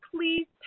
please